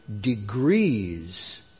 degrees